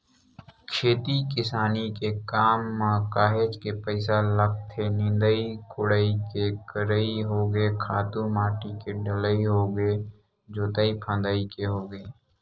खेती किसानी के काम म काहेच के पइसा लगथे निंदई कोड़ई के करई होगे खातू माटी के डलई होगे जोतई फंदई के होगे